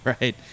right